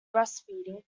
breastfeeding